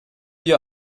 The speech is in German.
ihr